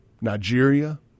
Nigeria